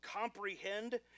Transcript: comprehend